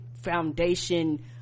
foundation